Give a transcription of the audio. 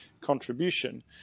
contribution